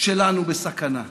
שלנו בסכנה.